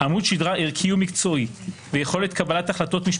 עמוד שדרה ערכי ומקצועי,